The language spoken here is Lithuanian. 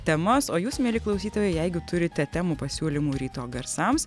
temas o jūs mieli klausytojai jeigu turite temų pasiūlymų ryto garsams